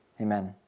Amen